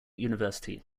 university